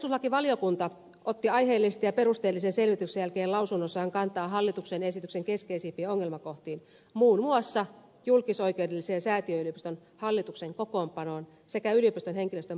perustuslakivaliokunta otti aiheellisesti ja perusteellisen selvityksen jälkeen lausunnossaan kantaa hallituksen esityksen keskeisimpiin ongelmakohtiin muun muassa julkisoikeudellisen säätiöyliopiston hallituksen kokoonpanoon sekä yliopistojen henkilöstön palvelussuhteen muotoon